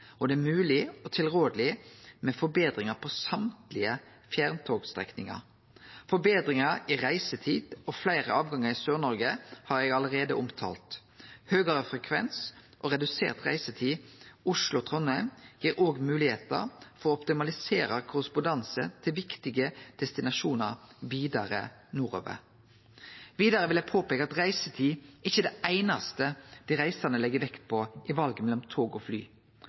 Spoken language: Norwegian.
og det er mogleg og tilrådeleg med forbetringar på alle fjerntogstrekningane. Forbetringar i reisetid og fleire avgangar i Sør-Noreg har eg allereie omtalt. Høgare frekvens og redusert reisetid Oslo–Trondheim gir òg moglegheiter for å optimalisere korrespondanse til viktige destinasjonar vidare nordover. Vidare vil eg påpeike at reisetid ikkje er det einaste dei reisande legg vekt på i valet mellom tog og fly.